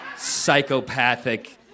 psychopathic